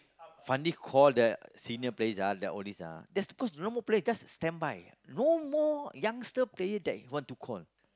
Fandi call the senior players ah the oldies ah that's because normal players just a standby no more youngster player that he want to call